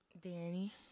Danny